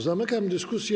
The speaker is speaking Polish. Zamykam dyskusję.